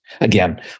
again